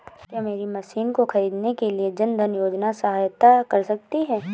क्या मेरी मशीन को ख़रीदने के लिए जन धन योजना सहायता कर सकती है?